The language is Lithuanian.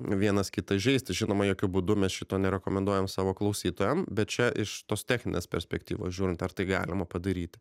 vienas kitą įžeisti žinoma jokiu būdu mes šito nerekomenduojam savo klausytojam bet čia iš tos techninės perspektyvos žiūrint ar tai galima padaryti